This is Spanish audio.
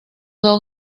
dos